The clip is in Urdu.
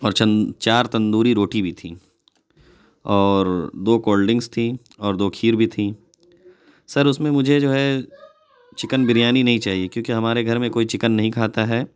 اور چند چار تندوری روٹی بھی تھی اور دو کولڈ ڈرنکس تھی اور دو کھیر بھی تھی سر اس میں مجھے جو ہے چکن بریانی نہیں چاہیے کیوں کہ ہمارے گھر میں کوئی چکن نہیں کھاتا ہے